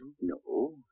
No